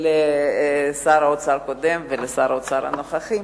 לשר האוצר הקודם ולשר האוצר הנוכחי,